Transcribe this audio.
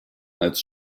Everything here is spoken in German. als